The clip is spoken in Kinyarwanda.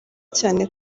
cyane